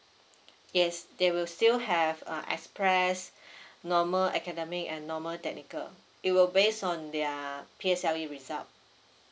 yes they will still have uh express normal academic and normal technical it will base on their P_S_L_E result